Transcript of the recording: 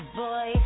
boy